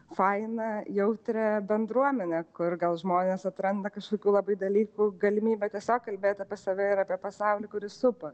fainą jautrią bendruomenę kur gal žmonės atranda kažkokių labai dalykų galimybę tiesiog kalbėt apie save ir apie pasaulį kuris supa